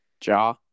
Jaw